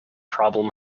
problem